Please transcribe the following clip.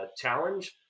challenge